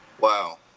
Wow